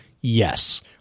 Yes